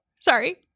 Sorry